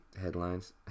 headlines